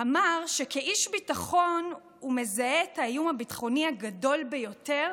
אמר שכאיש ביטחון הוא מזהה את האיום הביטחוני הגדול ביותר